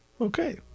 Okay